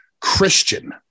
Christian